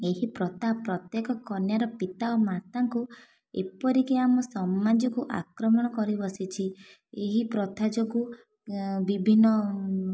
ଏହି ପ୍ରଥା ପ୍ରତ୍ୟେକ କନ୍ୟାର ପିତା ଓ ମାତାଙ୍କୁ ଏପରିକି ଆମ ସମାଜକୁ ଆକ୍ରମଣ କରି ବସିଛି ଏହି ପ୍ରଥା ଯୋଗୁଁ ବିଭିନ୍ନ